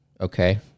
Okay